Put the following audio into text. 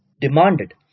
demanded